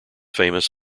famous